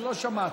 לא שמעתי.